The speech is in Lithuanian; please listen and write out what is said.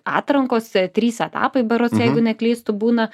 atrankos trys etapai berods neklystu būna